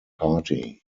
party